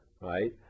right